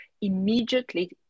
immediately